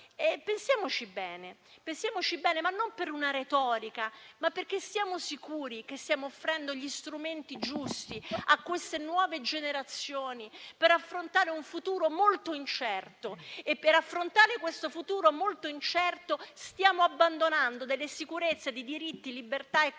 pensiamoci bene, non per retorica, ma per essere sicuri che stiamo offrendo gli strumenti giusti a queste nuove generazioni per affrontare un futuro molto incerto. Per affrontare questo futuro molto incerto, stiamo abbandonando delle sicurezze di diritti e libertà